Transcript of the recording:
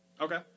Okay